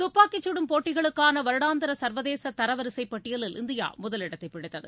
துப்பாக்கிச்சுடும் போட்டிகளுக்கான வருடாந்திர சர்வதேச தரவரிசைப் பட்டியலில் இந்தியா முதலிடத்தைப் பிடித்தது